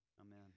Amen